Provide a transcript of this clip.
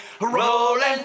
Rolling